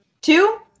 Two